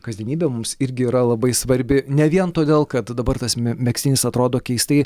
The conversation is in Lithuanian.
kasdienybė mums irgi yra labai svarbi ne vien todėl kad dabar tas me megztinis atrodo keistai